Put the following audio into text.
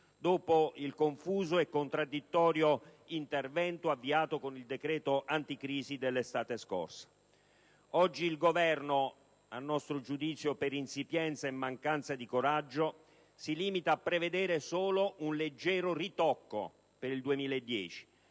dopo il confuso e contraddittorio intervento avviato con il decreto-legge anticrisi dell'estate scorsa. Oggi il Governo, a nostro giudizio per insipienza e mancanza di coraggio, si limita a prevedere solo un leggero ritocco per il 2010,